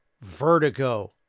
Vertigo